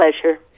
pleasure